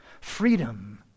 freedom